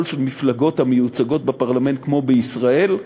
של מפלגות המיוצגות בפרלמנט כמו בישראל.